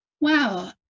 Wow